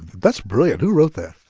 that's brilliant. who wrote that?